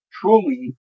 truly